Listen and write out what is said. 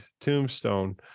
tombstone